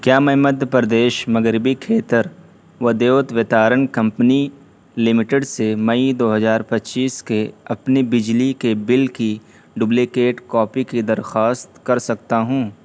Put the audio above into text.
کیا میں مدھیہ پردیش مغربی کھیتر ودیوت ویتارن کمپنی لمیٹڈ سے مئی دو ہزار پچیس کے اپنے بجلی کے بل کی ڈپلیکیٹ کاپی کی درخواست کر سکتا ہوں